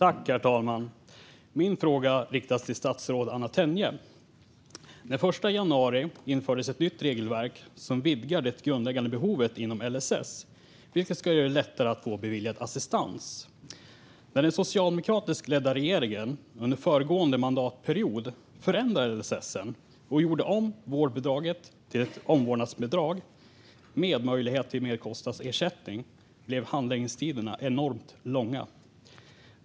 Herr talman! Min fråga riktas till statsrådet Anna Tenje. Den 1 januari infördes ett nytt regelverk som vidgar det grundläggande behovet inom LSS, vilket ska göra det lättare att få assistans beviljad. Men den socialdemokratiskt ledda regeringen förändrade under den föregående mandatperioden LSS och gjorde om vårdbidraget till ett omvårdnadsbidrag. Med möjlighet till mer kostnadsersättning blev handläggningstiderna enormt långa.